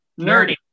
Nerdy